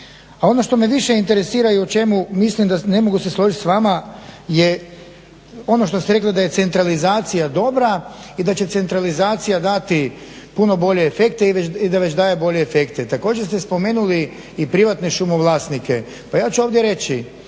A ono što me više interesira i o čemu mislim, ne mogu se složiti s vama je ono što ste rekli da je centralizacija dobra i da će centralizacija dati puno bolje efekte i da već dalje bolje efekte. Također ste spomenuli i privatne šumovlasnike. Pa ja ću ovdje reći